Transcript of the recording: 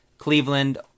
Cleveland